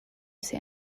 say